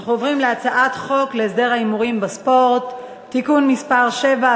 אנחנו עוברים להצעת חוק להסדר ההימורים בספורט (תיקון מס' 7),